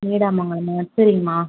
நீடாமங்கலமா சரிங்மா